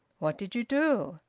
what did you do?